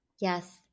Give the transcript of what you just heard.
Yes